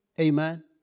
Amen